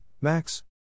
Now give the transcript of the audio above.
Max